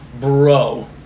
bro